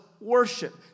worship